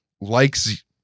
likes